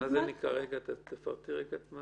תפרטי.